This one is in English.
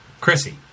Chrissy